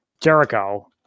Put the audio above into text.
Jericho